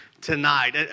tonight